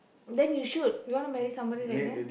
then you should you wanna marry somebody like that